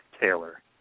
Taylor